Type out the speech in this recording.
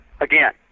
Again